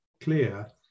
clear